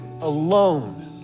alone